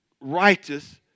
righteous